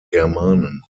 germanen